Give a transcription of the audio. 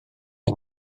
yng